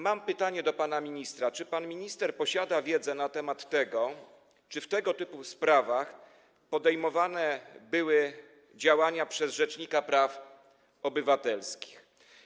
Mam pytanie do pana ministra: Czy pan minister posiada wiedzę na temat tego, czy w tego typu sprawach podejmowane były działania przez rzecznika praw obywatelskich?